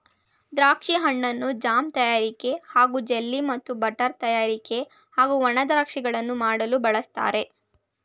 ದ್ರಾಕ್ಷಿ ಹಣ್ಣನ್ನು ಜಾಮ್ ತಯಾರಿಕೆ ಹಾಗೂ ಜೆಲ್ಲಿ ಮತ್ತು ಬಟರ್ ತಯಾರಿಕೆ ಹಾಗೂ ಒಣ ದ್ರಾಕ್ಷಿಗಳನ್ನು ಮಾಡಲು ಬಳಸ್ತಾರೆ